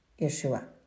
Yeshua